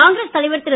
காங்கிரஸ் தலைவர் திரு